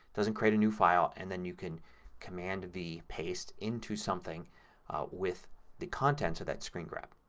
doesn't create a new file and then you can command v, paste, into something with the contents of that screen grab.